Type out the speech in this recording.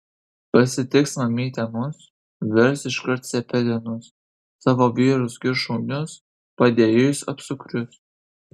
pasitiks mamytė mus virs iškart cepelinus savo vyrus girs šaunius padėjėjus apsukrius